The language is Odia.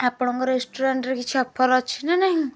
ଆପଣଙ୍କ ରେଷ୍ଟୁରାଣ୍ଟରେ କିଛି ଅଫର୍ ଅଛି ନା ନାହିଁ